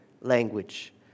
language